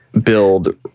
build